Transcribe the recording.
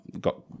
got